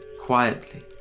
quietly